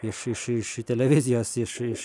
iš iš iš televizijos iš iš